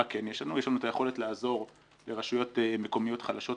מה כן יש לנו יש לנו את היכולת לעזור לרשויות מקומיות חלשות,